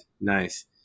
Nice